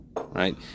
Right